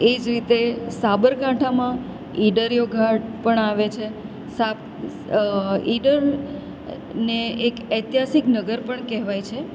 એ જ રીતે સાબરકાંઠામાં ઈડરિયો ઘાટ પણ આવે છે સાપ ઈડરને એક ઐતિહાસિક નગર પણ કહેવાય છે